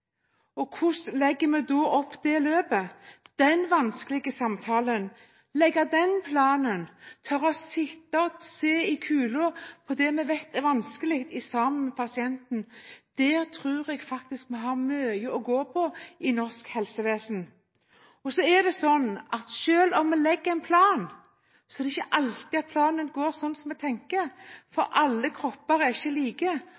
Og hvordan legger vi da opp det løpet, den vanskelige samtalen og den planen? Når det gjelder å tørre å sitte og se i kulen på det vi vet er vanskelig, sammen med pasienten, tror jeg faktisk vi har mye å gå på i norsk helsevesen. Og selv om vi legger en plan, er det ikke alltid at planen går sånn som vi tenker, for alle kropper er ikke like,